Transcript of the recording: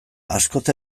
askoz